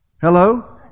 Hello